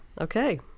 Okay